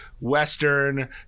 Western